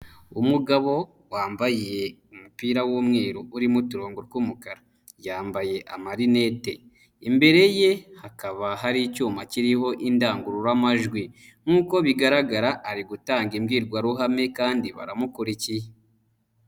Umugabo wambaye umupira w'umweru urimo uturongo tw'umukara, yambaye amarinete, imbere ye hakaba hari icyuma kiriho indangururamajwi nk'uko bigaragara ari gutanga imbwirwaruhame kandi baramukurikiye.